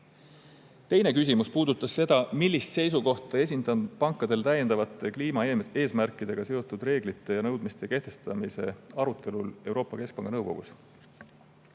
küsimus puudutas seda, millist seisukohta ma esindan pankadele täiendavate kliimaeesmärkidega seotud reeglite ja nõudmiste kehtestamise arutelul Euroopa Keskpanga nõukogus.